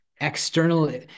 external